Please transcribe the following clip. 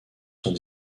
sont